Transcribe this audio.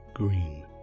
green